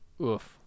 oof